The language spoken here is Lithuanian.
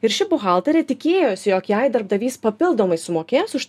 ir ši buhalterė tikėjosi jog jai darbdavys papildomai sumokės už